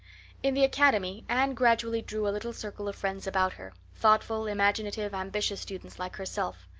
in the academy anne gradually drew a little circle of friends about her, thoughtful, imaginative, ambitious students like herself.